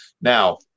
Now